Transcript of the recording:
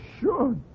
sure